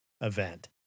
event